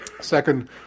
Second